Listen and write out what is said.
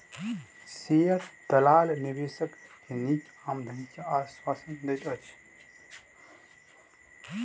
share दलाल निवेशक के नीक आमदनी के आश्वासन दैत अछि